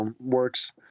works